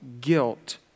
guilt